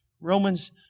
Romans